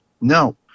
no